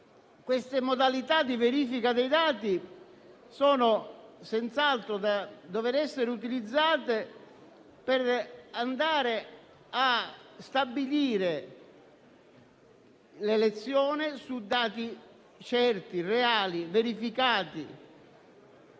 queste modalità di verifica dei dati sono senz'altro da utilizzarsi per stabilire l'elezione su dati certi, reali e verificati.